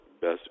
best